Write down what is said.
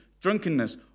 drunkenness